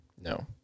No